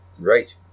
Right